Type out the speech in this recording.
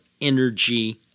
energy